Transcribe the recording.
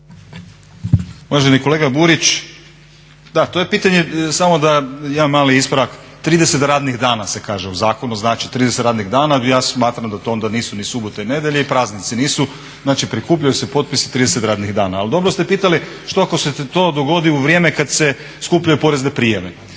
Uvaženi kolega Burić, da to je pitanje samo dam jedan mali ispravak, 30 radnih dana se kaže u zakonu, znači 30 radnih dana. Ja smatram da to onda nisu ni subote ni nedjelje i praznici nisu. Znači prikupljaju se potpisi 30 radnih dana. Ali dobro ste pitali što ako se to dogodi u vrijeme kad se skupljaju porezne prijave?